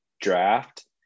draft